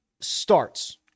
starts